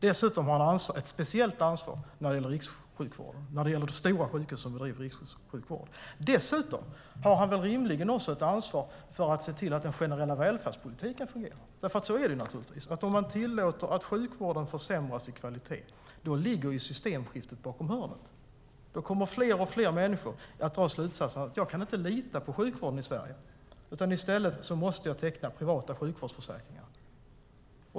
Dessutom har han ett speciellt ansvar när det gäller de stora sjukhusen som bedriver rikssjukvård. Dessutom har han väl rimligen också ett ansvar för att se till att den generella välfärdspolitiken fungerar. Om man tillåter att sjukvårdens kvalitet försämras ligger systemskiftet bakom hörnet. Då kommer fler och fler människor att dra slutsatsen att de inte kan lita på sjukvården i Sverige utan i stället måste teckna privata sjukvårdsförsäkringar.